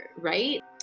right